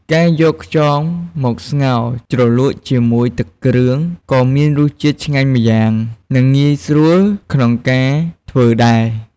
ការយកខ្យងមកស្ងោរ ជ្រលក់ជាមួយទឹកគ្រឿង ក៏មានរសជាតិឆ្ងាញ់ម្យ៉ាង និងងាយស្រួលក្នុងការធ្វើដែរ។